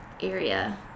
area